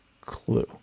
clue